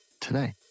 today